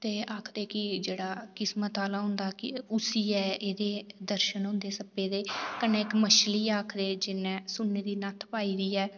ते आखदे न कि जेह्ड़ा किस्मत आह्ला होंदा उसी गै एह्दे दर्शन होंदे ते कन्नै आखदे इक मच्छी ऐ जिन्नै सुन्ने दी नत्थ पाई दी ऐ